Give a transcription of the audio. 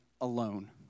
alone